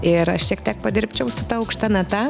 ir aš šiek tiek padirbčiau su ta aukšta nata